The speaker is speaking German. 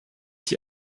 die